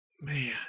Man